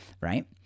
right